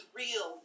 real